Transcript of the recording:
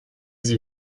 sie